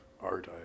art